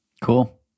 cool